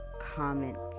comments